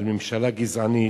על ממשלה גזענית,